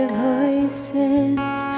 voices